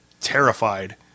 terrified